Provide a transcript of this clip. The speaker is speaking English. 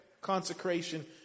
consecration